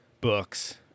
books